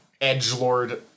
edgelord